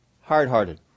hard-hearted